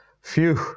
Phew